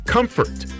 Comfort